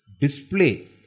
display